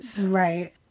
Right